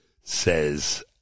says